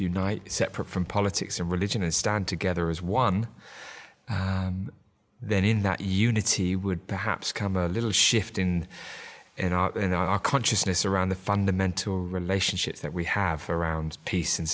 unite separate from politics and religion and stand together as one then in that unity would perhaps come a little shift in and out in our consciousness around the fundamental relationships that we have around peace